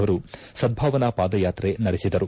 ಅವರು ಸದ್ದಾವನಾ ಪಾದಯಾತ್ರೆ ನಡೆಸಿದರು